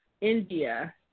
India